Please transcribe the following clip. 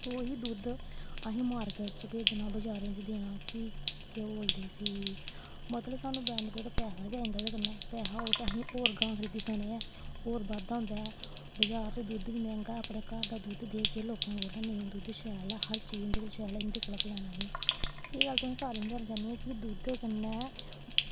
ओही दुद्ध असें मार्किट च भेजना बजारें च देना कि केह् बोलदे उस्सी मतलब सानूं बैनिफिट पैसा बी आई जंदा ओह्दे कन्नै पैसा होग ते अस होर गां खरीदी सकने न होर बाद्धा होंदा ऐ बजार च दुद्ध बी मैंह्गा ऐ अपने घर दा दुद्ध देह्गे लोकें दा दुद्ध नेईं शैल ऐ चीज शैल ऐ इं'दे कोला दा गै साना असें एह् गल्ल तुसें सारें गी समझाना चाह्न्नी आं कि दुद्ध कन्नै